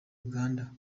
uganda